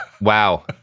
wow